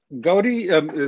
Gauri